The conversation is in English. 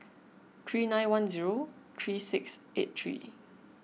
three nine one zero three six eight three